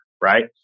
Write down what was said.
Right